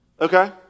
Okay